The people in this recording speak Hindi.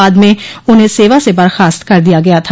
बाद में उन्हें सेवा से बर्खास्त कर दिया गया था